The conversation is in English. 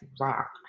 Rock